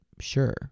sure